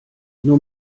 nur